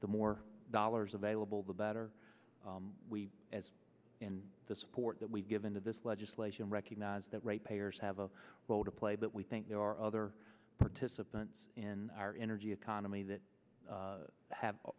the more dollars available the better we as in the support that we've given to this legislation recognize that right payers have a role to play but we think there are other participants in our energy economy that have